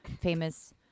famous